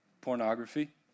pornography